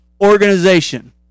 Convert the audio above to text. organization